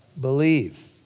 Believe